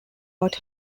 but